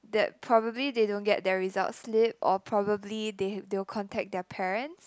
that probably they don't get their result slip or probably they they will contact their parents